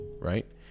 right